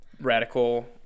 radical